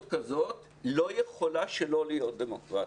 כזאת לא יכולה שלא להיות דמוקרטית.